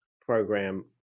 program